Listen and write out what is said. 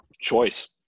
Choice